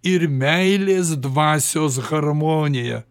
ir meilės dvasios harmoniją